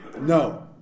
No